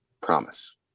Promise